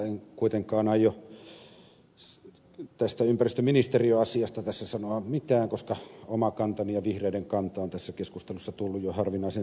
en kuitenkaan aio tästä ympäristöministeriöasiasta tässä sanoa mitään koska oma kantani ja vihreiden kanta on tässä keskustelussa tullut jo harvinaisen selväksi